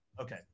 Okay